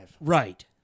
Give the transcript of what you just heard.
Right